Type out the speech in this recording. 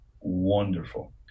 wonderful